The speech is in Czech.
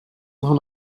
toho